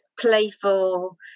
playful